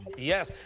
yes.